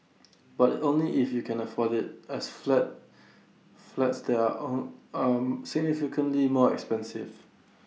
but only if you can afford IT as flats flats there are on on significantly more expensive